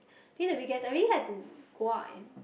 during the weekends I really like to go out and